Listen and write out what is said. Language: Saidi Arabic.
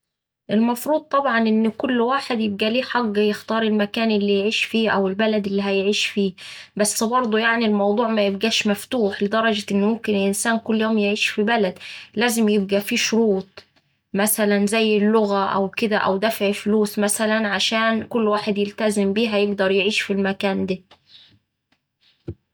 المفروض طبعا إن كل واحد يبقا ليه حق يختار المكان اللي يعيش فيه أو البلد اللي هيعيش فيه بس برضه يعني الموضوع ميبقاش مفتوح لدرجة إن ممكن الإنسان كل يوم يعيش في بلد. لازم يبقا فيه شروط مثلا زي اللغة أو كدا أو دفع فلوس مثلا عشان كل واحد يلتزم بيها يقدر يعيش في المكان ده.